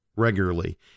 regularly